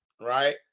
right